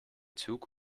zug